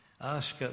Ask